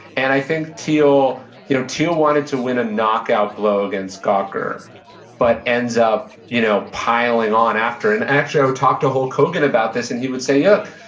and i think thiel you know thiel wanted to win a knockout blow against gawker but ends up you know piling on after. and actually, i would talk to hulk hogan about this, and he would say, look,